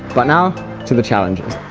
but now to the challenges!